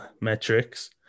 metrics